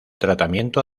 tratamiento